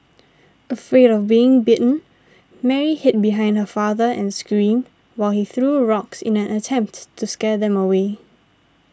afraid of getting bitten Mary hid behind her father and screamed while he threw rocks in an attempt to scare them away